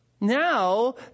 now